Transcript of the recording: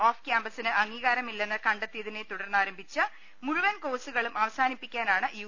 of ക്യാമ്പസിന് അംഗീകാര മില്ലെന്ന് കണ്ടെത്തിയതിനെ തുടർന്ന് ആരംഭിച്ച മുഴുവൻ കോഴ്സു കളും അവസാനിപ്പിക്കാനാണ് യു